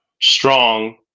Strong